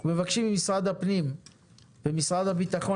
אנחנו מבקשים ממשרד הפנים וממשרד הביטחון